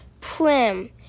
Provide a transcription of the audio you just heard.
Prim